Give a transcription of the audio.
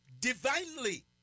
divinely